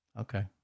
Okay